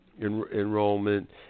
enrollment